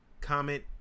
comment